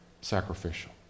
sacrificial